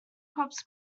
crops